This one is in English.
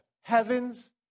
heavens